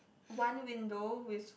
one window with